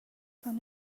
from